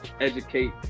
educate